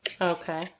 Okay